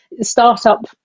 startup